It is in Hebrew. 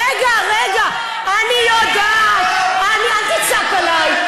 רגע, רגע, אני יודעת, אל תצעק עלי.